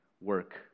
work